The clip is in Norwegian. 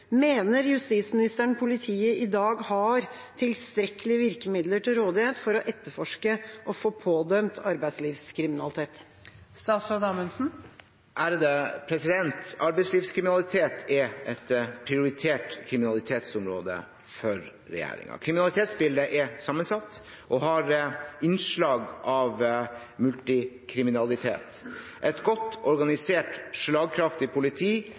Mener statsråden politiet i dag har tilstrekkelige virkemidler til rådighet for å etterforske og få pådømt arbeidslivskriminalitet?» Arbeidslivskriminalitet er et prioritert kriminalitetsområde for regjeringen. Kriminalitetsbildet er sammensatt og har innslag av multikriminalitet. Et godt organisert, slagkraftig politi